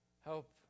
Help